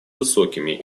высокими